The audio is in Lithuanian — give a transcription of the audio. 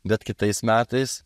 bet kitais metais